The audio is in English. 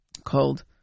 Called